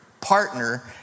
partner